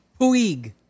Puig